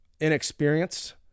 inexperienced